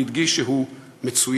והדגיש שהוא מצוין,